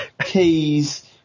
keys